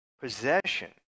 possession